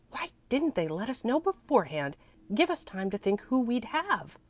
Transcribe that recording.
why didn't they let us know beforehand give us time to think who we'd have?